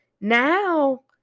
now